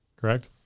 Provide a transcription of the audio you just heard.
Correct